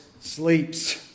sleeps